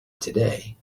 today